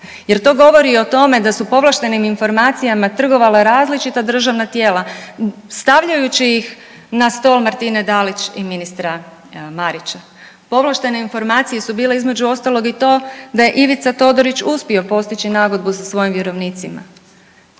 jer to govori o tome da su povlaštenim informacijama trgovala različita državna tijela stavljajući ih na sto Martine Dalić i ministra Marića. Povlaštene informacije su bile između ostalog i to da je Ivica Todorić uspio postići nagodbu sa svojim vjerovnicima.